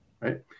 Right